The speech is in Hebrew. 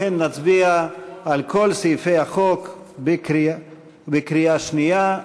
לכן נצביע על כל סעיפי החוק בקריאה שנייה.